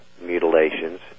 mutilations